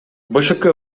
бшк